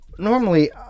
Normally